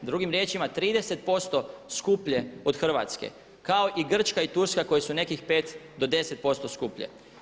Drugim riječima 30% skuplje od Hrvatske kao i Grčka i Turska koji su nekih 5 do 10% skuplje.